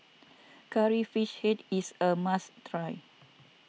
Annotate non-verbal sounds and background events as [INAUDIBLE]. [NOISE] Curry Fish Head is a must try